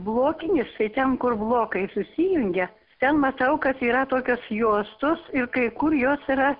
blokinis tai ten kur blokai susijungia ten matau kad yra tokios juostos ir kai kur jos yra